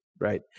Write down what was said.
right